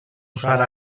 usar